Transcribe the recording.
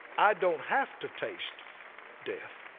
i don't have to taste death.